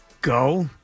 Go